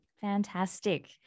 Fantastic